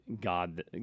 God